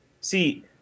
see